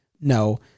No